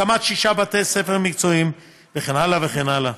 הקמת שישה בתי ספר מקצועיים, וכן הלאה וכן הלאה.